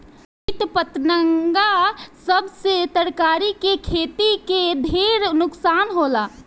किट पतंगा सब से तरकारी के खेती के ढेर नुकसान होला